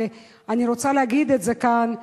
ואני רוצה להגיד את זה כאן,